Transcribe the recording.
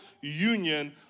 union